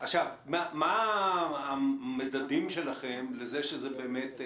מה המדדים שלכם לזה שזה באמת שקע?